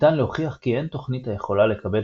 ניתן להוכיח כי אין תוכנית היכולה לקבל